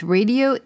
Radio